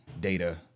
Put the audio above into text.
data